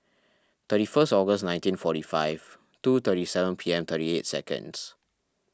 thirty first August nineteen forty five two thirty seven P M thirty eight seconds